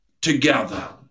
together